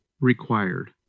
required